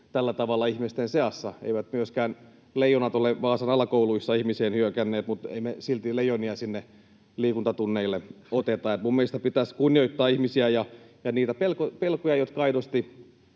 tällä tavalla ihmisten seassa. Eivät myöskään leijonat ole Vaasan alakouluissa ihmistä päin hyökänneet, mutta ei me silti leijonia sinne liikuntatunneille oteta, niin että minun mielestäni pitäisi kunnioittaa ihmisiä ja niitä pelkoja, jotka aidosti